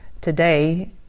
today